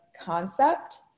concept